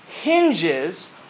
hinges